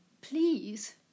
please